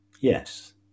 Yes